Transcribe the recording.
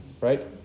right